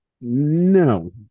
No